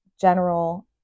general